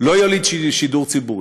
לא יוליד שידור ציבורי.